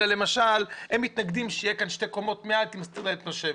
אלא למשל הם מתנגדים שיהיו שני קומות מעל כי זה יסתיר להם את השמש.